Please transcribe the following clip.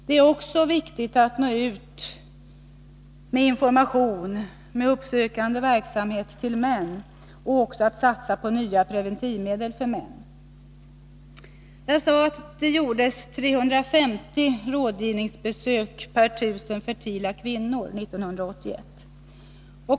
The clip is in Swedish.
Det är också viktigt att nå ut med den uppsökande informativa verksamheten till män och satsa på nya preventivmedel för män. Jag sade att 1981 gjordes 350 rådgivningsbesök per 1 000 fertila kvinnor.